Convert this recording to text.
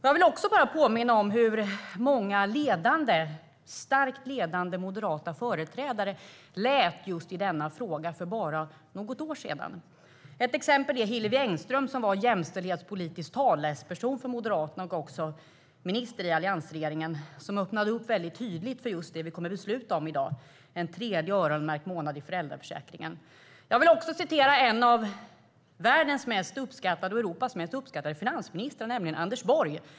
Jag vill också påminna om hur många starkt ledande moderata företrädare lät just i denna fråga för bara något år sedan. Ett exempel är Hillevi Engström, som var jämställdhetspolitisk talesperson för Moderaterna och också minister i alliansregeringen. Hon öppnade tydligt upp för just det vi kommer att besluta om i dag: en tredje öronmärkt månad i föräldraförsäkringen. Jag vill också citera en av världens och Europas mest uppskattade finansministrar, nämligen Anders Borg.